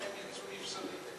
ובעצם הם יצאו נפסדים.